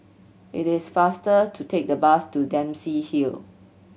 it is faster to take the bus to Dempsey Hill